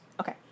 Okay